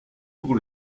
pour